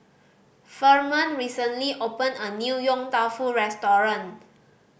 Ferman recently opened a new Yong Tau Foo restaurant